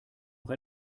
noch